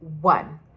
one